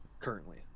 currently